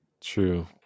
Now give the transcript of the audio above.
True